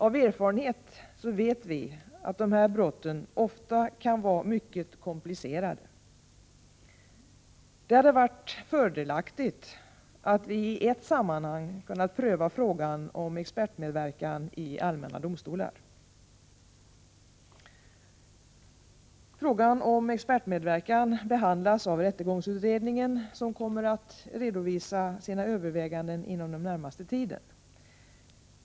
Av erfarenhet vet vi att dessa brott ofta kan vara mycket komplicerade. Det hade varit fördelaktigt att i ett sammanhang pröva frågan om expertmedverkan i allmänna domstolar. Frågan om expertmedverkan behandlas av rättegångsutredningen som kommer att redovisa sina överväganden inom den närmaste tiden.